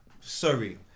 sorry